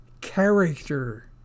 character